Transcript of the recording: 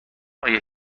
آیا